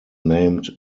named